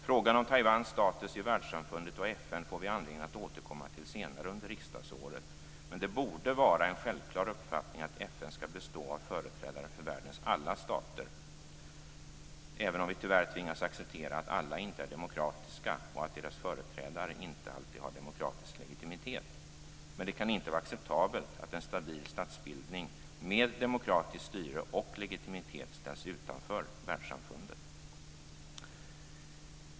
Frågan om Taiwans status i världssamfundet och i FN får vi anledning att återkomma till senare under riksdagsåret, men det borde vara en självklar uppfattning att FN skall bestå av företrädare för världens alla stater, även om vi tyvärr tvingas acceptera att alla stater inte är demokratiska och att deras företrädare inte alltid har demokratisk legitimitet. Det kan emellertid inte vara acceptabelt att en stabil statsbildning med demokratiskt styre och legitimitet ställs utanför världssamfundet.